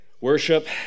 worship